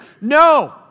No